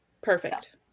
perfect